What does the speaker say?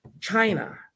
China